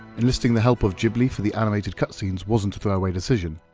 enlisting the help of ghibli for the animated cutscenes wasn't a throwaway decision,